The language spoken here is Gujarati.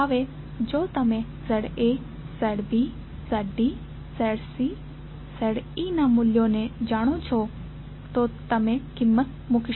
હવે જો તમે ZAZBZDZCZEના મૂલ્યોને જાણો છો તો તમે કિંમત મૂકી શકો